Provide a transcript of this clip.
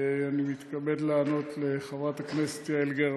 אני מתכבד לענות לחברת הכנסת יעל גרמן.